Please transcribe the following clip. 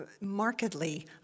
markedly